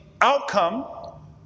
outcome